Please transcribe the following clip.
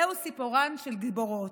זהו סיפורן של גיבורות,